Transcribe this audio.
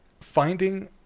finding